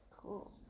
cool